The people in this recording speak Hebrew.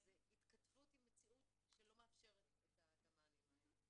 זה התכתבות עם מציאות שלא מאפשרת את המענים האלה.